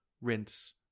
rinse